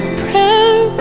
prayer